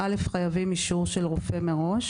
שחייבים אישור של רופא מראש.